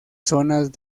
zonas